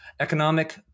Economic